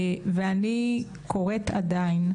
ואני קוראת עדיין,